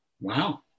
Wow